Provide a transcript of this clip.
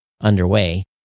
underway